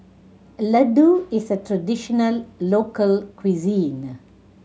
ladoo is a traditional local cuisine